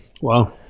Wow